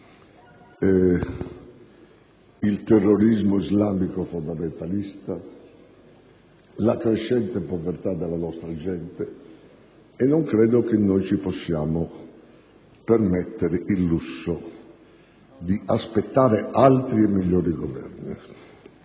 il terrorismo islamico fondamentalista e la crescente povertà della nostra gente. Non credo, quindi, che possiamo permetterci il lusso di aspettare altri e migliori governi.